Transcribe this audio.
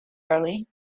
early